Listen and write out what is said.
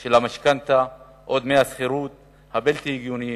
של המשכנתה או דמי השכירות הבלתי-הגיוניים,